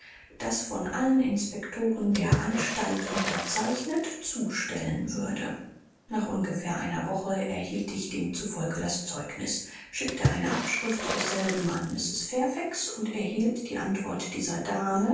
das von allen inspektoren der anstalt unterzeichnet zustellen würde nach ungefähr einer woche erhielt ich demzufolge das zeugnis schickte eine abschrift desselben an mrs fairfax und erhielt die antwort dieser dame